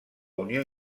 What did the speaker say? unió